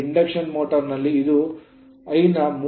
ಆದರೆ induction motor ನಲ್ಲಿ ಇದು I ನ 30 ರಿಂದ 50 ಆಗಿರುತ್ತದೆ